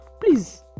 please